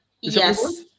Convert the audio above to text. Yes